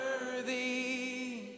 worthy